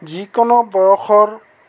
যিকোনো বয়সৰ